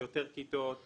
- יותר כיתות